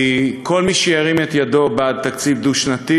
כי כל מי שירים את ידו בעד תקציב דו-שנתי